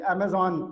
Amazon